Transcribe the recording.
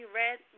red